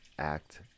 Act